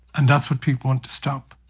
and that's what people want to stop.